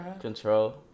Control